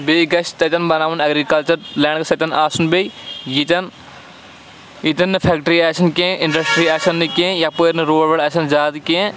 بیٚیہِ گژھِ تَتٮ۪ن بَناوُن ایگرِکَلچَر لینٛڈ گژھِ تتٮ۪ن آسُن بیٚیہِ ییٚتٮ۪ن ییٚتٮ۪ن نہٕ فیکٹِرٛی آسن کینٛہہ اِنڈَسٹِرٛی آسن نہٕ کینٛہہ یَپٲرۍ نہٕ روڈ ووڈ آسن زیادٕ کینٛہہ